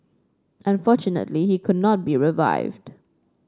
unfortunately he could not be revived